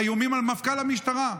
באיומים על מפכ"ל המשטרה.